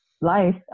life